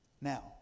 Now